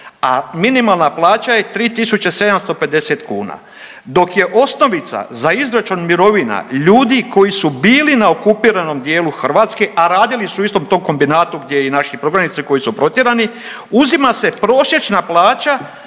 a minimalna plaća je 3750 kuna, dok je osnovica za izračun mirovina ljudi koji su bili na okupiranom dijelu Hrvatske, a radili su u istom tom kombinatu gdje i naši prognanici koji su protjerani, uzima se prosječna plaća